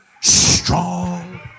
strong